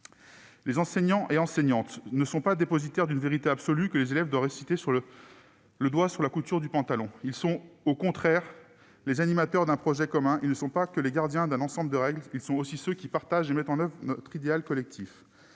Les enseignants et enseignantes ne sont pas les dépositaires d'une vérité absolue que les élèves doivent réciter le petit doigt sur la couture du pantalon : ils sont au contraire les animateurs d'un projet commun. Ils ne sont pas que les gardiens d'un ensemble de règles : ils sont aussi ceux qui partagent et mettent en oeuvre notre idéal collectif.